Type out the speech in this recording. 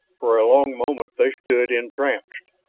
for a long moment they stood entranced.